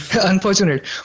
unfortunate